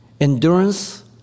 Endurance